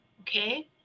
Okay